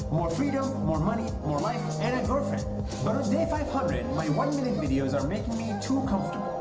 more freedom! more money! more life! and a girlfriend! but on day five hundred, my one-minute videos are making me too comfortable.